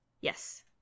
Yes